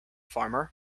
farmer